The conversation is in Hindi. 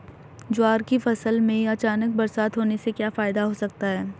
ज्वार की फसल में अचानक बरसात होने से क्या फायदा हो सकता है?